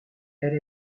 elle